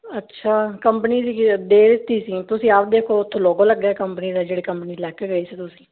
ਅੱਛਾ ਕੰਪਨੀ ਦੀ ਕ ਦੇ ਦਿੱਤੀ ਸੀ ਤੁਸੀਂ ਆਪ ਦੇਖੋ ਉੱਥੇ ਲੋਗੋ ਲੱਗਿਆ ਕੰਪਨੀ ਦਾ ਜਿਹੜੀ ਕੰਪਨੀ ਲੈ ਕੇ ਗਏ ਸੀ ਤੁਸੀਂ